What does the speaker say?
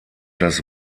das